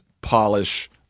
polish